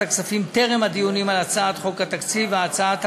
הכספים טרם הדיונים על הצעת חוק התקציב והצעת